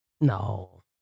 No